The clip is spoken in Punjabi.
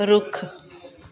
ਰੁੱਖ